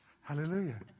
hallelujah